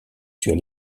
sur